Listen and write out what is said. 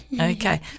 Okay